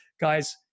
Guys